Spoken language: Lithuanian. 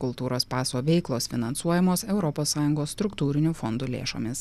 kultūros paso veiklos finansuojamos europos sąjungos struktūrinių fondų lėšomis